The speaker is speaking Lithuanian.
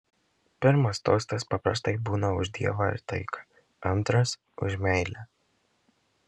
pirmas tostas paprastai būna už dievą ir taiką antras už meilę